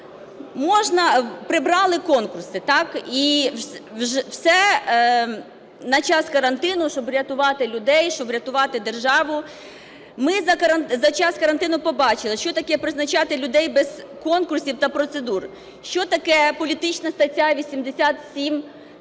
прибрали конкурси, так, і все на час карантину, щоб врятувати людей, щоб врятувати державу, ми за час карантину побачили, що таке призначати людей без конкурсів та процедур, що таке політична стаття 87-1,